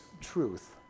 truth